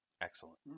Excellent